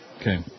Okay